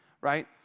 right